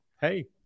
hey